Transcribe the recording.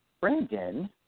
Brandon